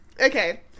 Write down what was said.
Okay